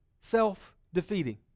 self-defeating